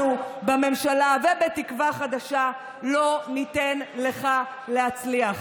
אנחנו, בממשלה ובתקווה חדשה, לא ניתן לך להצליח.